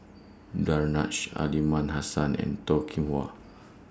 Danaraj Aliman Hassan and Toh Kim Hwa